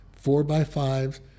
four-by-fives